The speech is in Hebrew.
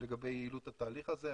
לגבי יעילות התהליך הזה.